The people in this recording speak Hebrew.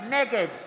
נגד